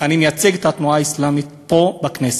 אני מייצג את התנועה האסלאמית פה בכנסת.